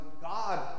God